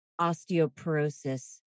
osteoporosis